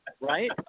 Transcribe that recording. Right